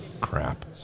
crap